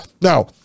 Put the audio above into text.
Now